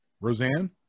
Roseanne